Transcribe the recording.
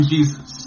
Jesus